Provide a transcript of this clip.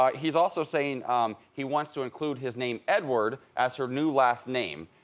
like he's also saying he wants to include his name edward as her new last name.